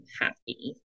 happy